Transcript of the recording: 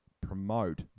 promote